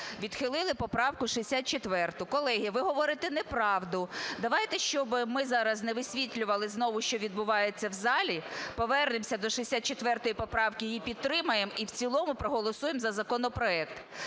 відхилили поправку 64. Колеги, ви говорите неправду. Давайте, щоб ми зараз не висвітлювали знову, що відбувається в залі, повернемося до 64 поправки, її підтримаємо і в цілому проголосуємо за законопроект.